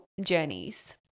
journeys